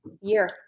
year